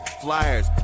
flyers